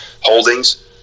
holdings